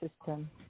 system